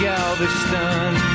Galveston